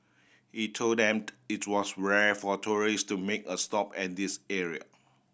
he told them it was rare for tourist to make a stop at this area